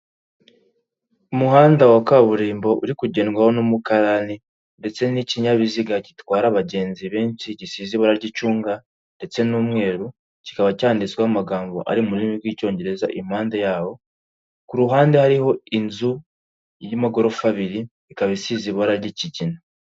Umuhanda wa kaburimbo uri kugendwaho n'umukarani, ndetse n'ikinyabiziga gitwara abagenzi benshi gisize ibara ry'icunga ndetse n'umweru, kikaba cyanditsweho amagambo ari mu rurimi rw'icyongereza impande yawo, ku ruhande hariho inzu y'amagorofa abiri, ikaba isize ibara ry'ikigina.